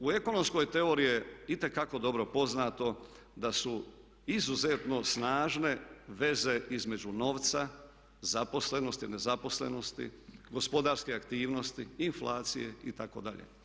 U ekonomskoj teoriji je itekako dobro poznato da su izuzetno snažne veze između novca, zaposlenosti, nezaposlenosti, gospodarske aktivnosti, inflacije itd.